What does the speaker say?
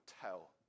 tell